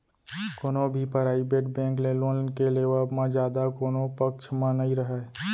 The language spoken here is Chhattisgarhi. कोनो भी पराइबेट बेंक ले लोन के लेवब म जादा कोनो पक्छ म नइ राहय